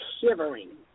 shivering